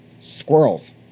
squirrels